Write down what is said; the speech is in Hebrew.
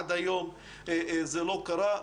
עד היום זה לא קרה.